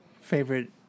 favorite